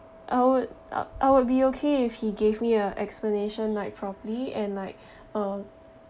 I would I~ I would be okay if he gave me a explanation like properly and like uh